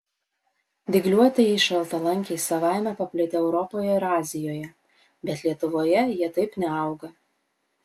dygliuotieji šaltalankiai savaime paplitę europoje ir azijoje bet lietuvoje jie taip neauga